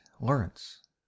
Lawrence